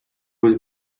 was